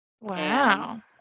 Wow